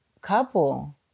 couple